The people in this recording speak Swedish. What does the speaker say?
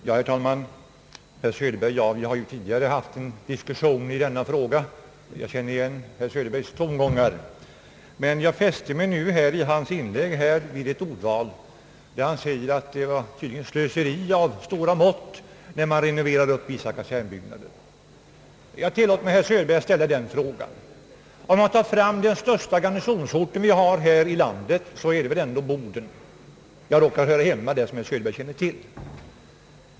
Herr talman! Herr Söderberg och jag har ju tidigare haft en diskussion i denna fråga och jag känner igen herr Söderbergs tongångar, men jag fäste mig i hans inlägg här vid ett ordval där han säger att det tydligen är ett slöseri av stora mått när man renoverar vissa kasernbyggnader. Jag tillåter mig, herr Söderberg, att ställa en fråga. Den största garnisonsort vi har här i landet är väl ändå Boden — jag råkar vara hemma där, som herr Söderberg känner till.